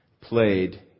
Played